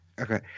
Okay